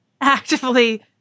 actively